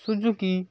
Suzuki